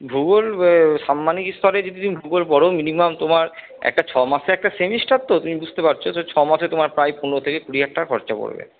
ভূগোল সাম্মানিক স্তরে যদি তুমি ভূগোল পড়ো মিনিমাম তোমার একটা ছ মাসে একটা সেমিস্টার তো তুমি বুঝতে পারছো যে ছ মাসে তোমার প্রায় পনেরো থেকে কুড়ি হাজার টাকা খরচা পড়বে